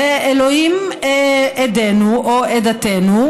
ואלוהים עדנו או עדתנו,